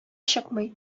чыкмый